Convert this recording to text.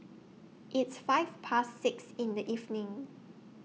its five Past six in The evening